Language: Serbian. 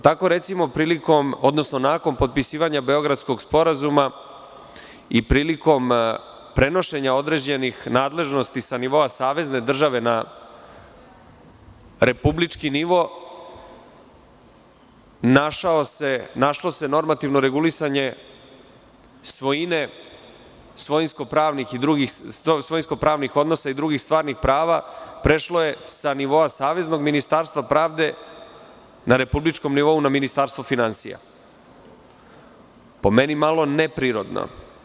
Tako, recimo, nakon potpisivanja beogradskog sporazuma i prilikom prenošenja određenih nadležnosti sa nivoa savezne države na republički nivo, našlo se normativno regulisanje svojine, svojinsko pravnih odnosa i drugih stvarnih prava, prešlo je sa nivoa saveznog Ministarstva pravde na republičkom nivou na Ministarstvo finansija, po meni malo neprirodno.